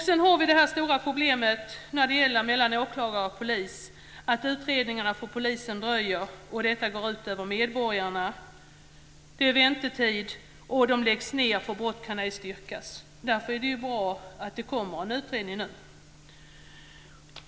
Sedan har vi det stora problemet när det gäller förhållandet mellan åklagare och polis, att utredningarna från polisen dröjer och att detta går ut över medborgarna. Det är väntetid, och utredningarna läggs ned för att brott ej kan styrkas. Därför är det ju bra att det kommer en utredning nu.